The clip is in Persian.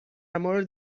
مورد